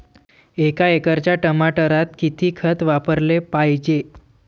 एका एकराच्या टमाटरात किती खत वापराले पायजे?